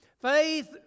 Faith